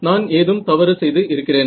நான் ஏதும் தவறு செய்து இருக்கிறேனா